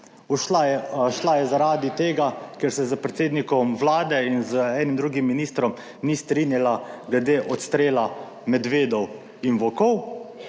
Šla je zaradi tega, ker se s predsednikom Vlade in z enim drugim ministrom ni strinjala glede odstrela medvedov in volkov,